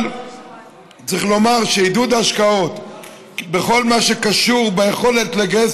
אבל צריך לומר שעידוד השקעות בכל מה שקשור ביכולת לגייס